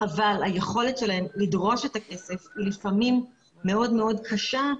אבל היכולת שלהן לדרוש את הכסף היא לפעמים מאוד מאוד קשה,